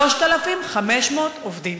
3,500 עובדים.